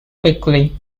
quickly